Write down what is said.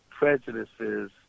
prejudices